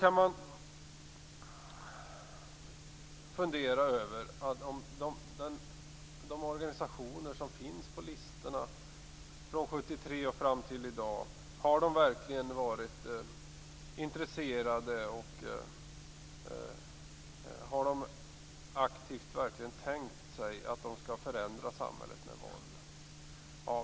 Man kan fundera över de organisationer som finns på listorna från 1973 och fram till i dag. Har de verkligen varit intresserade av och aktivt tänkt sig att förändra samhället med våld?